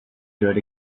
good